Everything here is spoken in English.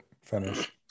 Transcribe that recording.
finish